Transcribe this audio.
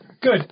Good